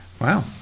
wow